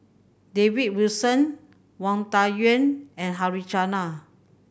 David Wilson Wang Dayuan and